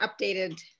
updated